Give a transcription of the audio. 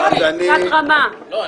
דברי טעם עמוקים.